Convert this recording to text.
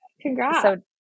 Congrats